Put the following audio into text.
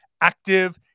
active